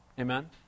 Amen